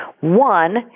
One